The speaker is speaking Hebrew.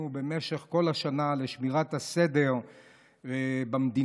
במשך כל השנה לשמירת הסדר במדינה.